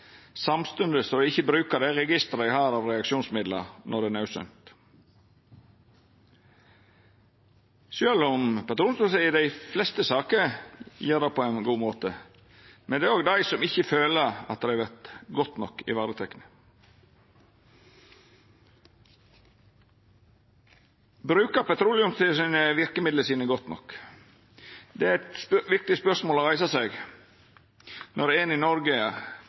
Samstundes har dei ikkje bruka det registeret dei har av reaksjonsmiddel når det er naudsynt. Sjølv om Petroleumstilsynet i dei fleste sakene gjer det på ein god måte, er det òg dei som føler at dei ikkje vert godt nok varetekne. Brukar Petroleumstilsynet verkemidla sine godt nok? Det er eit viktig spørsmål å reisa, når Eni Norge fekk ta i